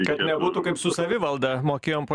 kad nebūtų kaip su savivalda mokėjom po